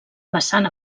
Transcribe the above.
vessant